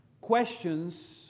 Questions